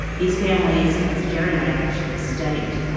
these families, as jared and i have actually studied,